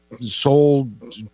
sold